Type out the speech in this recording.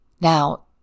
Now